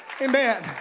Amen